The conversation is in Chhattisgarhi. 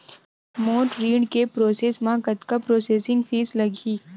मोर ऋण के प्रोसेस म कतका प्रोसेसिंग फीस लगही?